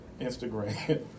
Instagram